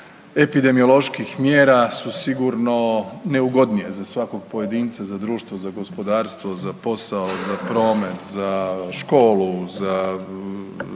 epidemioloških mjera su sigurno neugodnije za svakog pojedinca, za društvo, za gospodarstvo, za posao, za promet, za školu, za